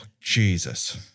Jesus